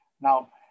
Now